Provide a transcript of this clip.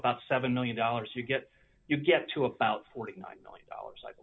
about seven million dollars you get you get to about forty nine million dollars